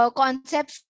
concepts